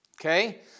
okay